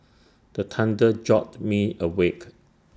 the thunder jolt me awake